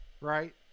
right